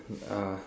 uh